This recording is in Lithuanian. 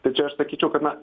tai čia aš sakyčiau kad na